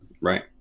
right